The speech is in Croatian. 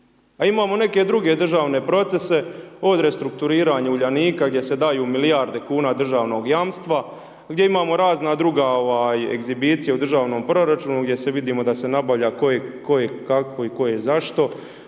A imamo neke druge državne procese, od restrukturiranja Uljanika, gdje se daju milijarde kuna državnog jamstva, gdje imamo razna druga, ovaj, egzibicije u državnom proračunu, gdje se vidimo da se nabavlja koje kakvo i koje zašto,